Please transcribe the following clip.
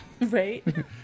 Right